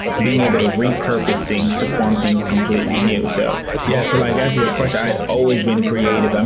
being able to repurpose things to form things completely new. so yeah, to like answer your question, i've always been creative. um